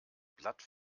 blatt